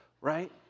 right